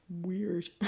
weird